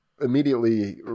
immediately